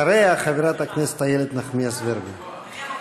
אחריה, חברת הכנסת איילת נחמיאס ורבין.